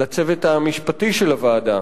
לצוות המשפטי של הוועדה,